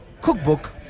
cookbook